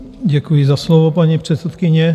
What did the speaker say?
Děkuji za slovo, paní předsedkyně.